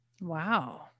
Wow